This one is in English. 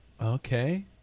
Okay